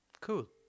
Cool